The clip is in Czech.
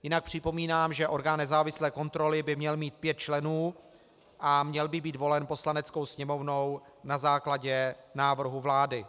Jinak připomínám, že orgán nezávislé kontroly by měl mít pět členů a měl by být volen Poslaneckou sněmovnou na základě návrhu vlády.